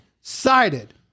cited